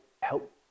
help